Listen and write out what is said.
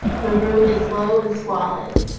the room is low and squalid.